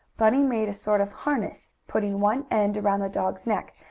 bunny made a sort of harness, putting one end around the dog's neck,